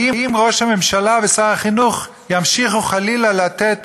האם ראש הממשלה ושר החינוך ימשיכו חלילה לתת